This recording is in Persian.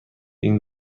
این